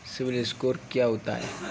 CIBIL score क्या होता है?